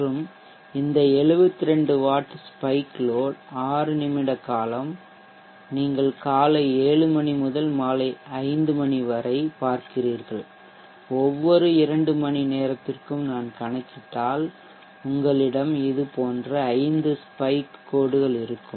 மற்றும் இந்த 72 watt spike load 6 நிமிட காலம் நீங்கள் காலை 7 மணி முதல் மாலை 5 மணி வரை பார்க்கிறீர்கள் ஒவ்வொரு இரண்டு மணி நேரத்திற்கும் நான் கணக்கிட்டால் உங்களிடம் இதுபோன்ற ஐந்து ஸ்பைக் கோடுகள் இருக்கும்